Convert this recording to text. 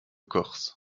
corse